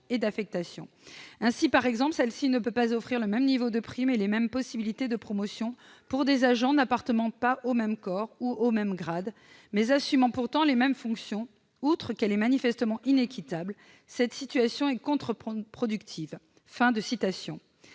Ainsi, celle-ci ne peut pas offrir le même niveau de prime et les mêmes possibilités de promotion pour des agents n'appartement pas au même corps ou au même grade, mais assumant pourtant les mêmes fonctions. Outre qu'elle est manifestement inéquitable, cette situation est contre-productive ».